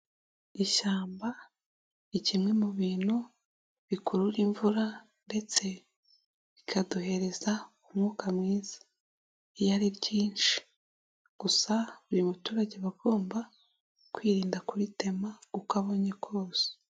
Ishyamba ni kimwe mu bintu bikurura imvura ndetse rikaduhereza umwuka mwiza iyo ari ryinshi, gusa buri muturage aba agomba kwirinda kuritema uko abonye kose.